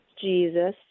Jesus